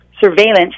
surveillance